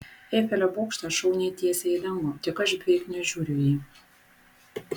eifelio bokštas šauna tiesiai į dangų tik aš beveik nežiūriu į jį